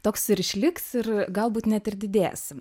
toks ir išliks ir galbūt net ir didės